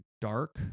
dark